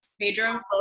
Pedro